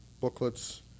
booklets